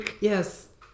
Yes